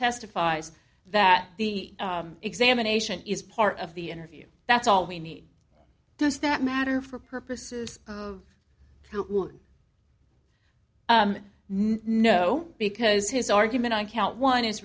testifies that the examination is part of the interview that's all we need does that matter for purposes through no because his argument on count one is